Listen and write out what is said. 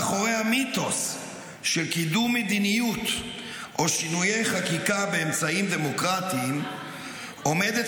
מאחורי המיתוס של קידום מדיניות או שינויי חקיקה באמצעים דמוקרטיים עומדת